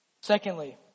Secondly